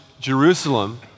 Jerusalem